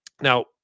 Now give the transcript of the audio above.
Now